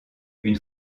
une